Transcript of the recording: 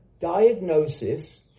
diagnosis